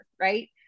Right